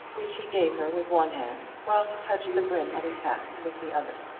which he gave her with one hand while he touched the brim of his hat with the other.